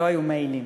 לא היו מיילים.